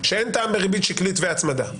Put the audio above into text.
טעם בריבית שקלית והצמדה.